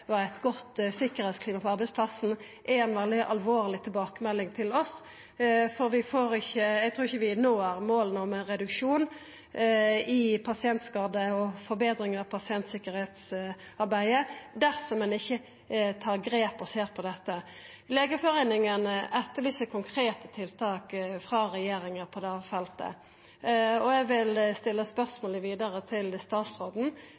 var eit godt sikkerheitsklima på arbeidsplassen, er ei veldig alvorleg tilbakemelding til oss, for eg trur ikkje vi når måla om ein reduksjon i pasientskadar og forbetring av pasientsikkerheitsarbeidet dersom vi ikkje tar grep og ser på dette. Legeforeningen etterlyser konkrete tiltak frå regjeringa på dette feltet, og eg vil stilla spørsmålet vidare til statsråden: